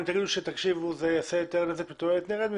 אם תגידו לי שזה יעשה יותר נזק מאשר תועלת, נראה.